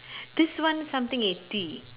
this one something eighty